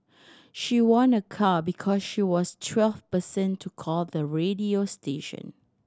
she won a car because she was twelfth person to call the radio station